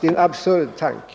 Det är en absurd tanke.